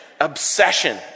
obsession